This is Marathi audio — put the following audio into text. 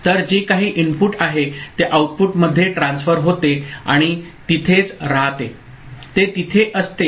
तर जे काही इनपुट आहे ते आऊटपुटमध्ये ट्रान्सफर होते आणि तिथेच राहते ते तिथे असते